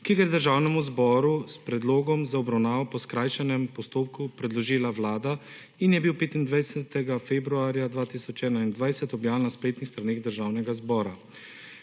ki ga je Državnemu zboru s predlogom za obravnavo po skrajšanem postopku predložila Vlada in je bil 25. februarja 2021 objavljen na spletnih straneh Državnega zbora.